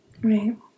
Right